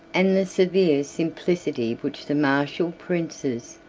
and the severe simplicity which the martial princes,